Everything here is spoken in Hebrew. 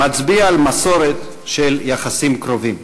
מצביע על מסורת של יחסים קרובים.